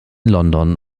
london